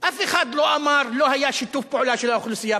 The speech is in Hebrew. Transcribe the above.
אף אחד לא אמר: לא היה שיתוף פעולה של האוכלוסייה.